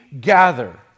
gather